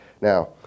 Now